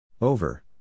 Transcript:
Over